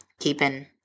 keeping